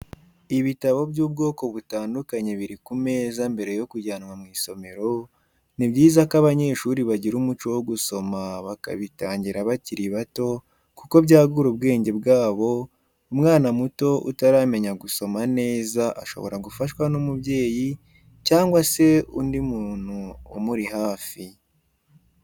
Ibitabo by'ubwoko butandukanye biri ku meza mbere yo kujyanwa mw'isomero, ni byiza ko abanyeshuri bagira umuco wo gusoma bakabitangira bakiri bato kuko byagura ubwenge bwabo, umwana muto utaramenya gusoma neza shobora gufashwa n'umubyeyi cyangwa se undi muntu umuri hafi.